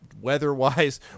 weather-wise